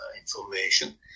information